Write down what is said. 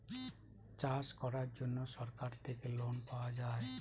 চাষ করার জন্য সরকার থেকে লোন পাওয়া যায়